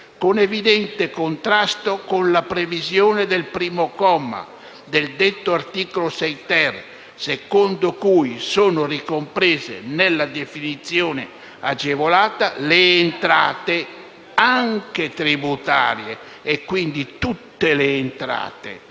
in evidente contrasto con la previsione del primo comma del detto articolo 6-*ter* secondo il quale sono ricomprese nella definizione agevolata le entrate anche tributarie e quindi tutte le entrate